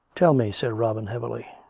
tell me, said robin heavily.